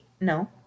No